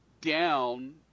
down